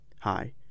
Hi